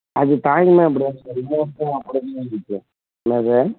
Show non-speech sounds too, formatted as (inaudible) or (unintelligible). அது தாய்னா அப்படி தான் சார் (unintelligible) அப்படியே தான் இருக்கு என்ன சார்